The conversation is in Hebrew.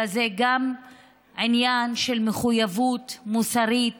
אלא זה גם עניין של מחויבות מוסרית